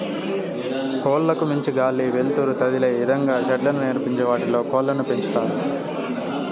కోళ్ళ కు మంచి గాలి, వెలుతురు తదిలే ఇదంగా షెడ్లను నిర్మించి వాటిలో కోళ్ళను పెంచుతారు